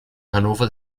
hannover